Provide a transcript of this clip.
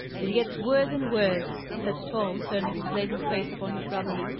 it gets worse and worse, said tom, turning his blazing face upon his brother.